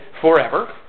forever